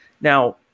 Now